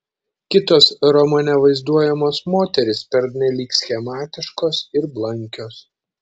kitos romane vaizduojamos moterys pernelyg schematiškos ir blankios